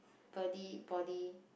body body